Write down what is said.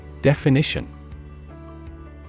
Definition